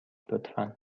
لطفا